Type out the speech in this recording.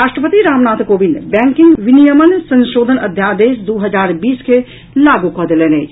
राष्ट्रपति रामनाथ कोविंद बैंकिंग विनियमन संशोधन अध्यादेश दू हजार बीस के लागू कऽ देलनि अछि